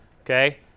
Okay